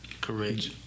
Correct